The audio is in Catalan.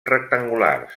rectangulars